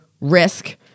risk